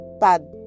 bad